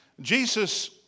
Jesus